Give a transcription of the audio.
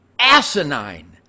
asinine